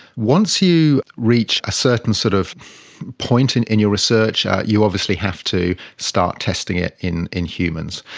once you reach a certain sort of point in in your research, you obviously have to start testing it in in humans.